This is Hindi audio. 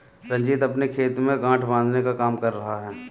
रंजीत अपने खेत में गांठ बांधने का काम कर रहा है